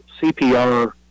CPR